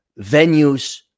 venues